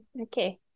okay